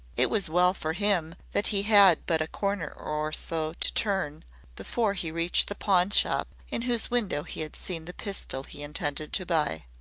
it was well for him that he had but a corner or so to turn before he reached the pawnshop in whose window he had seen the pistol he intended to buy.